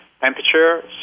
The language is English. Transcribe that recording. temperature